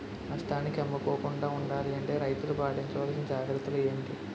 నష్టానికి అమ్ముకోకుండా ఉండాలి అంటే రైతులు పాటించవలిసిన జాగ్రత్తలు ఏంటి